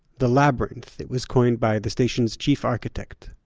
the labyrinth, it was coined by the station's chief architect,